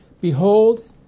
Behold